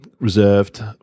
reserved